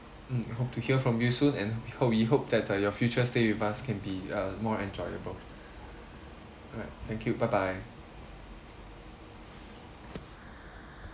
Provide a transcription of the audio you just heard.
mm hope to hear from you soon and hope we hope that uh your future stay with us can be uh more enjoyable alright thank you bye bye